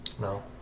No